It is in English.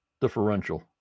differential